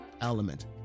element